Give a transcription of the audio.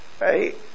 Right